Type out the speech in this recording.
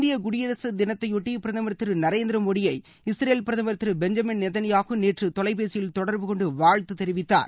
இந்திய குடியரசு தினத்தையொட்டி பிரதமர் திரு நரேந்திர மோடியை இஸ்ரேல் பிரதமர் திரு பெஞ்சமின் நெத்தன்யாஹூ நேற்று தொலைபேசியில் தொடர்பு கொண்டு வாழ்த்து தெரிவித்தார்